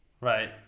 right